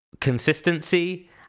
consistency